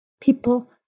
people